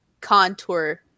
contour